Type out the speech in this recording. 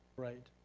right,